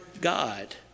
God